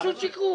פשוט שיקרו.